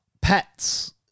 pets